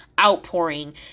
outpouring